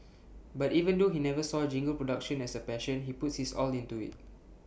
but even though he never saw jingle production as A passion he puts his all into IT